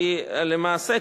כי למעשה,